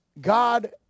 God